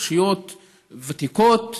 רשויות ותיקות,